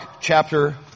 chapter